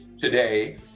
today